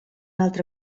altre